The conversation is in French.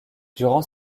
durant